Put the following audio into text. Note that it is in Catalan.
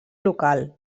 local